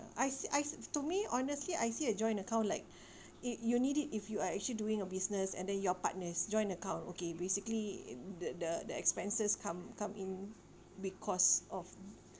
I I to me honestly I see a joint account like it you need it if you are actually doing a business and then you are partners joint account okay basically the the the expenses come come in because of